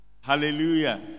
hallelujah